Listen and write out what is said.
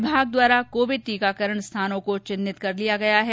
विभाग द्वारा कोविड टीकाकरण स्थानों को चिन्हित कर लिया गया है